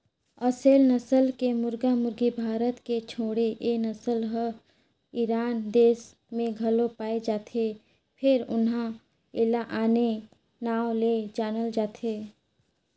असेल नसल के मुरगा मुरगी भारत के छोड़े ए नसल हर ईरान देस में घलो पाये जाथे फेर उन्हा एला आने नांव ले जानल जाथे